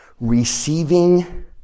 receiving